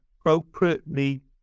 appropriately